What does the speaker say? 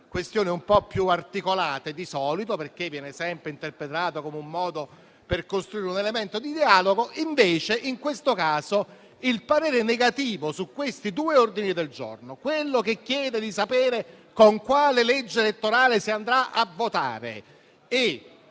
questioni un po' più articolate, di solito perché viene sempre interpretato come un modo per costruire un momento di dialogo. Invece, in questo caso il parere è contrario su entrambi gli ordini del giorno, con il primo dei quali si chiede di sapere con quale legge elettorale si andrà a votare.